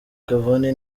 cavani